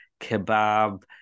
kebab